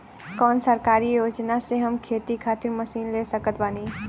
कौन सरकारी योजना से हम खेती खातिर मशीन ले सकत बानी?